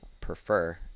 prefer